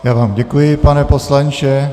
Já vám děkuji, pane poslanče.